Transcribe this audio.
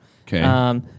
Okay